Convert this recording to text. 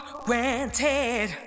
granted